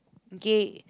okay